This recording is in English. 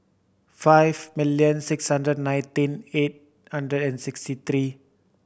five millon six hundred nineteen eight hundred and sixty three